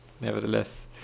nevertheless